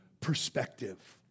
perspective